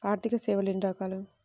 ఆర్థిక సేవలు ఎన్ని రకాలు?